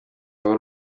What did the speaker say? uru